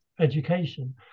education